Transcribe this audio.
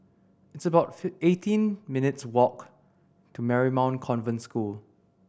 it's about eighteen minutes' walk to Marymount Convent School